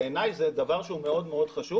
בעיניי זה דבר שהוא מאוד מאוד חשוב,